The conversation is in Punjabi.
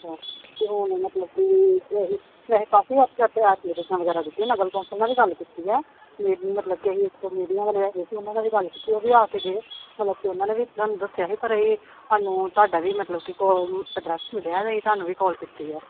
ਅਤੇ ਹੁਣ ਮਤਲਬ ਕਿ ਕਾਫੀ ਹੱਦ ਤੱਕ ਵਗੈਰਾ ਦਿੱਤੀਆਂ ਨਗਰ ਕੌਂਸਲ ਨਾਲ ਵੀ ਗੱਲ ਕੀਤੀ ਆ ਮਤਲਬ ਕਿ ਅਸੀਂ ਮੀਡੀਆ ਵਾਲੇ ਆਏ ਅਸੀਂ ਉਹਨਾਂ ਨਾਲ ਵੀ ਗੱਲ ਕੀਤੀ ਉਹ ਵੀ ਆ ਕੇ ਗਏ ਮਤਲਬ ਕਿ ਉਹਨਾਂ ਨੇ ਵੀ ਸਾਨੂੰ ਦੱਸਿਆ ਸੀ ਪਰ ਇਹ ਸਾਨੂੰ ਤੁਹਾਡਾ ਵੀ ਮਤਲਬ ਕਿ ਕੋ ਐਡਰੈਸ ਮਿਲਿਆ ਅਤੇ ਅਸੀਂ ਤੁਹਾਨੂੰ ਵੀ ਕੌਲ ਕੀਤੀ ਆ